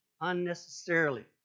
unnecessarily